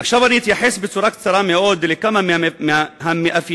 עכשיו אתייחס בקצרה מאוד לכמה מהמאפיינים